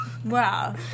Wow